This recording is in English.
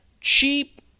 cheap